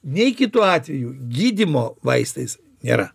nei kitu atveju gydymo vaistais nėra